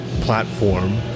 platform